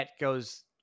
goes